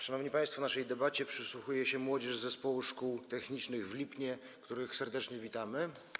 Szanowni państwo, naszej debacie przysłuchuje się młodzież z Zespołu Szkół Technicznych w Lipnie, którą serdecznie witamy.